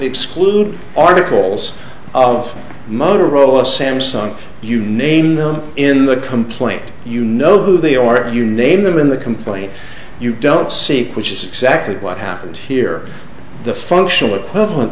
exclude articles of motorola samsung you name them in the complaint you know who they are and you name them in the complaint you don't see it which is exactly what happened here the functional equivalent